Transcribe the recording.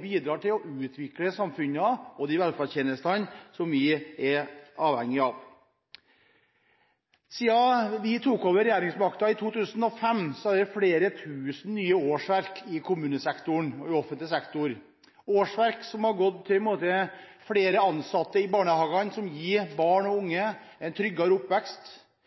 bidrar til å utvikle samfunnene og de velferdstjenestene som vi er avhengige av. Siden vi tok over regjeringsmakta i 2005, har det blitt flere tusen nye årsverk i kommunesektoren og i offentlig sektor. Dette er årsverk som har gått til flere ansatte i barnehagene som gir barn og